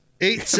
Eight